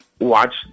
watch